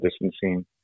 distancing